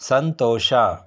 ಸಂತೋಷ